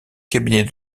cabinet